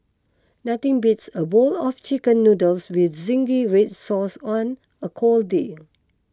nothing beats a bowl of Chicken Noodles with Zingy Red Sauce on a cold day